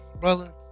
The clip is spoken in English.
brother